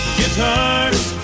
guitar's